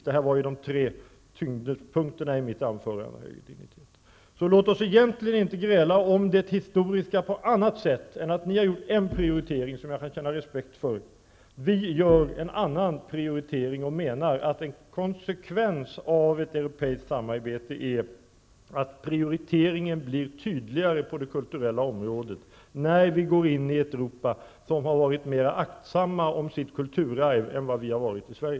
Detta var ju de tre huvudpunkterna i mitt anförande. Låt oss inte gräla om det historiska. Ni har gjort en prioritering som jag kan känna respekt för. Vi gör en annan prioritering och menar att en konsekvens av ett europeiskt samarbete är att prioriteringen blir tydligare på det kulturella området, när vi går in i ett Europa som har varit mera aktsamt om sitt kulturarv än vad Sverige har varit.